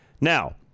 Now